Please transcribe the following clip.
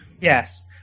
yes